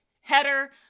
header